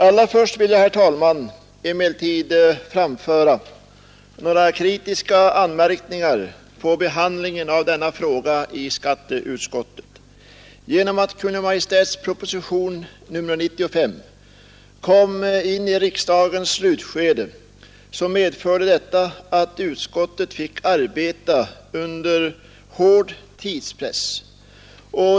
Allra först vill jag, herr talman, emellertid framföra några kritiska anmärkningar mot behandlingen av denna fråga i skatteutskottet. Genom att Kungl. Maj:ts proposition nr 95 kom i riksdagens slutskede fick utskottet arbeta under hård tidspress.